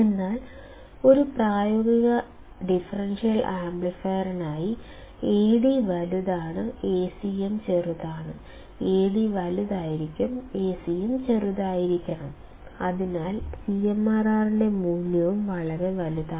എന്നാൽ ഒരു പ്രായോഗിക ഡിഫറൻഷ്യൽ ആംപ്ലിഫയറിനായി Ad വലുതാണ് Acm ചെറുതാണ് Ad വലുതായിരിക്കണം Acm ചെറുതായിരിക്കണം അതിനാൽ CMRR ന്റെ മൂല്യവും വളരെ വലുതാണ്